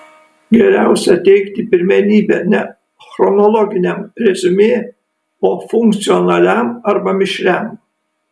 geriausia teikti pirmenybę ne chronologiniam reziumė o funkcionaliam arba mišriam